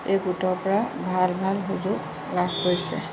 এই গোটৰপৰা ভাল ভাল সুযোগ লাভ কৰিছে